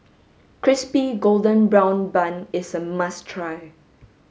crispy golden brown bun is a must try